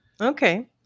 Okay